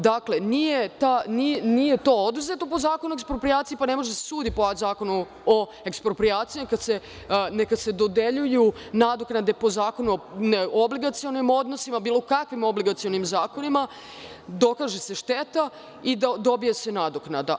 Dakle, nije to oduzeto po Zakonu o eksproprijaciji, pa ne može da se sudi po Zakonu o eksproprijaciji, nego neka se dodeljuju nadoknade po Zakonu o obligacionim odnosima i bilo kakvim obligacionim zakonima, dokaže se šteta i dobije se nadoknada.